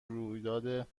رویداد